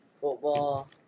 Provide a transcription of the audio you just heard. Football